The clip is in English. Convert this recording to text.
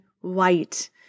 white